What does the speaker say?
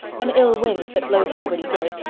an ill wind that blows nobody good,